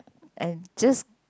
and just